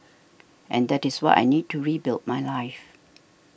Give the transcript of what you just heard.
and that is what I need to rebuild my life